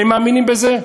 הם מאמינים בזה?